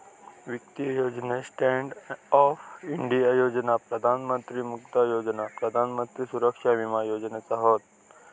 वित्तीय योजनेत stand up India योजना, प्रधान मंत्री मुद्रा योजना, प्रधान मंत्री सुरक्षा विमा योजना हत